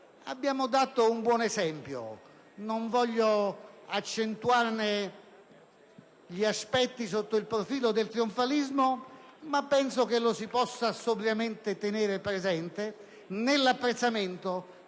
Abbiamo dato un buon esempio. Non voglio accentuarne gli aspetti sotto il profilo del trionfalismo, ma penso che lo si possa sobriamente tenere presente nell'apprezzamento